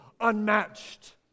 unmatched